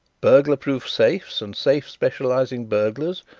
burglar-proof safes and safe-specializing burglars,